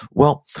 well,